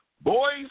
Boys